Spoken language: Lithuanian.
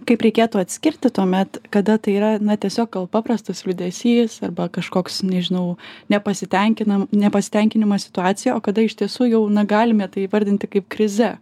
kaip reikėtų atskirti tuomet kada tai yra na tiesiog gal paprastas liūdesys arba kažkoks nežinau nepasitenkinam nepasitenkinimas situacija o kada iš tiesų jau na galime tai įvardinti kaip krize